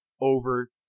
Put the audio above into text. over